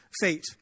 fate